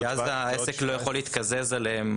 כי אז העסק לא יכול להתקזז עליהם.